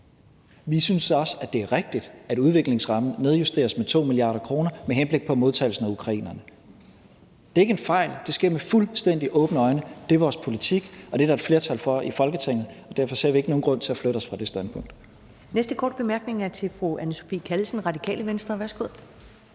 Vi synes også, det er rigtigt, at udviklingsrammen nedjusteres med 2 mia. kr. med henblik på modtagelsen af ukrainerne. Det er ikke en fejl. Det sker med fuldstændig åbne øjne. Det er vores politik. Det er der et flertal for i Folketinget, og derfor ser vi ikke nogen grund til at flytte os fra det standpunkt. Kl. 17:44 Første næstformand (Karen Ellemann): Næste korte bemærkning er til fru Anne Sophie Callesen, Radikale Venstre.